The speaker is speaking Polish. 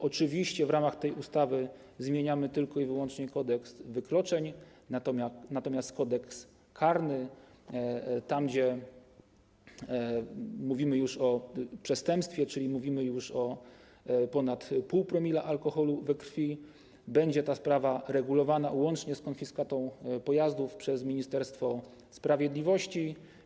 Oczywiście w ramach tej ustawy zmieniamy tylko i wyłącznie Kodeks wykroczeń, natomiast Kodeks karny, tam gdzie mówimy już o przestępstwie, czyli mówimy już o ponad 0,5 promila alkoholu we krwi, to ta będzie sprawa regulowana łącznie z konfiskatą pojazdów przez Ministerstwo Sprawiedliwości.